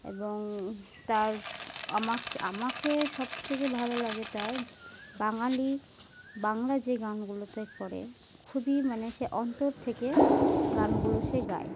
এবং তার আমা আমাকে সবথেকে ভালো লাগে তার বাঙালি বাংলা যে গানগুলো তাই করে খুবই মানে সে অন্তর থেকে গানগুলো সে গায়